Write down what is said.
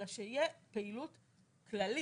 אלא שתהיה פעילות כללית.